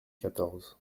quatorze